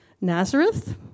Nazareth